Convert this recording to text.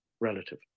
relative